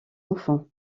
enfants